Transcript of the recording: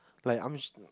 like I'm